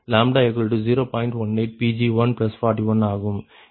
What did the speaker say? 18 Pg1 41 ஆகும்